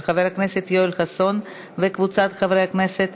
של חבר הכנסת יואל חסון וקבוצת חברי הכנסת,